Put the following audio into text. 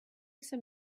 some